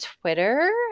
Twitter